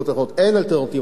אין אלטרנטיבות אחרות.